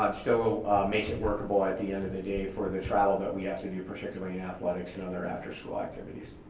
um still makes it workable at the end of the day for travel that we have to do particularly and athletics and other after school activities.